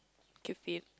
keep fit